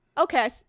okay